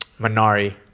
minari